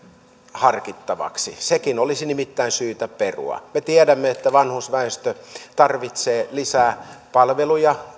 harkittavaksi sekin olisi nimittäin syytä perua me tiedämme että vanhusväestö tarvitsee lisää palveluja